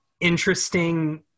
interesting